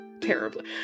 terribly